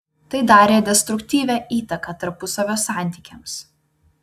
tai darė destruktyvią įtaką tarpusavio santykiams